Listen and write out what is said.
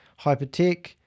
Hypertech